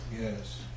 Yes